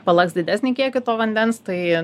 palaks didesnį kiekį to vandens tai